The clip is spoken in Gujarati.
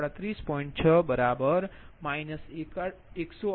6 138